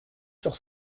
sur